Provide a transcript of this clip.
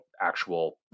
actual